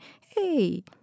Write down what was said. hey